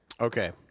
Okay